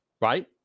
right